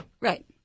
Right